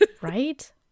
right